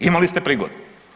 Imali ste prigode.